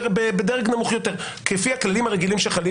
בדרג נמוך יותר, לפי הכללים הרגילים שחלים